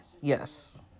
yes